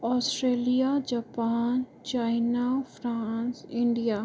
Australia Japan China France India